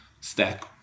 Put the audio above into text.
stack